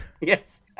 Yes